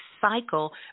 cycle